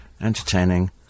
Entertaining